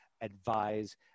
advise